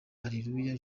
areruya